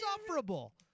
insufferable